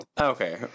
Okay